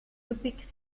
üppig